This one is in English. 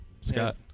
Scott